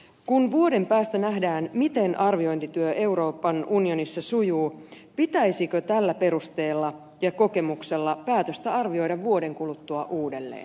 kun vuoden päästä nähdään miten arviointityö euroopan unionissa sujuu pitäisikö tällä perusteella ja kokemuksella päätöstä arvioida vuoden kuluttua uudelleen